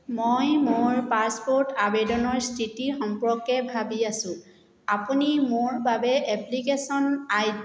মই মোৰ পাছপোৰ্ট আবেদনৰ স্থিতি সম্পৰ্কে ভাবি আছোঁ আপুনি মোৰ বাবে এপ্লিকেশ্যন আই